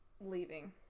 leaving